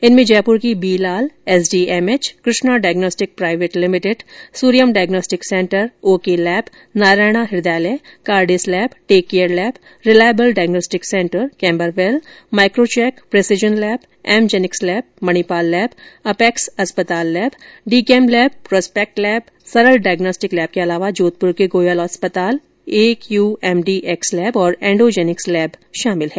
इनमें जयपुर की B Lal SDMH Krishna diagnostic private limited Suryam diagnostic centre okay lab Narayana Hrudayalaya Cardis lab tech care lab reliable diagnostic centre Camberwell micro check precision lab M Genix lab Manipal lab Apex अस्पताल lab डीकेम lab prospect lab Saral diagnostic lab के अलावा जोधपुर के गोयल अस्पताल AQ MD X lab और Endogenix lab को शामिल किया गया है